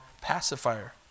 pacifier